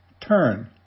turn